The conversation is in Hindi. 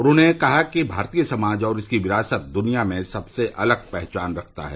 उन्होंने कहा कि भारतीय समाज और इसकी विरासत दुनिया में सबसे अलग पहचान रखता है